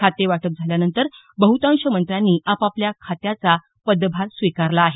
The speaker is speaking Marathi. खातेवाटप झाल्यानंतर बहुतांशी मंत्र्यांनी आपापल्या खात्याचा पदभार स्वीकारला आहे